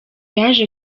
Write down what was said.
yaje